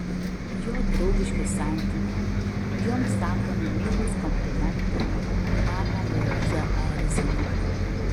jo draugiški santykiai joms sakomi meilūs komplimentai aną luizą erzino